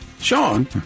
Sean